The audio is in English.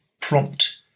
prompt